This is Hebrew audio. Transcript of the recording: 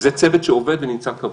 זה צוות שעובד ונמצא קבוע.